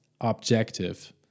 objective